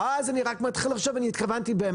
אז רק מתחילים לחשוב אם באמת התכוונו.